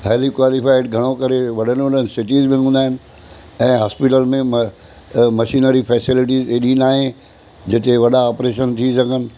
highly qualified घणो करे वॾनि वॾनि सिटीज़ में हूंदा आहिनि ऐं हॉस्पीटल में म मशीनरी फेसेलिटीज़ एॾी नाहे जिते वॾा ऑपरेशन थी सघनि